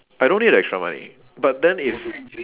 I don't need the extra money but then if